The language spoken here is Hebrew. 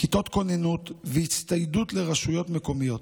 כיתות כוננות והצטיידות לרשויות מקומיות,